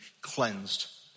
cleansed